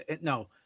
no